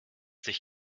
sich